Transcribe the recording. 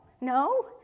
no